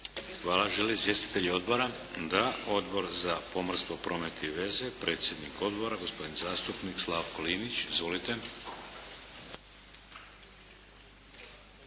Hvala. Žele li izvjestitelji odbora? Da. Odbor za pomorstvo, promet i veze, predsjednik Odbora, gospodin zastupnik Slavko Linić. Izvolite.